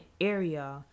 area